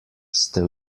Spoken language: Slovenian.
ste